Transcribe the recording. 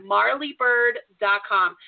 MarleyBird.com